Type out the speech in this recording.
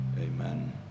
amen